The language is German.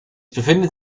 befindet